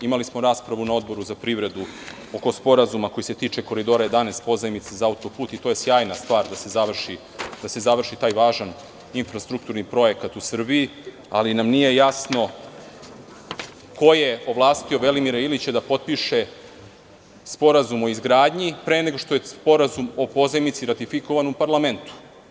Imali smo raspravu na Odboru za privredu oko sporazuma koji se tiče Koridora 11, pozajmice za auto-put, i to je sjajna stvar, da se završi taj važan infrastrukturni projekat u Srbiji, ali nam nije jasno ko je ovlastio Velimira Ilića da potpiše Sporazum o izgradnji pre nego što je Sporazum o pozajmici ratifikovan u parlamentu?